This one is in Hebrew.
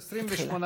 י"ד בסיוון התשע"ח,